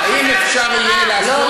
האם אפשר יהיה לעשות שימושים,